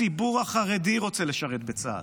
הציבור החרדי רוצה לשרת בצה"ל.